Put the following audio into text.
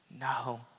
No